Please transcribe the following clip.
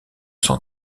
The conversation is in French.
s’en